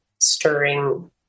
stirring